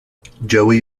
joey